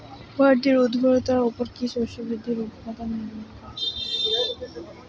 মাটির উর্বরতার উপর কী শস্য বৃদ্ধির অনুপাত নির্ভর করে?